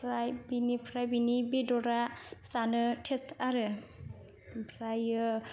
ओमफ्राय बिनिफ्राय बिनि बेदरा जानो टेस्ट आरो